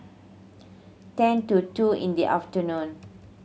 ten to two in the afternoon